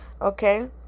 okay